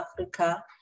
Africa